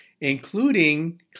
including